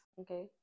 Okay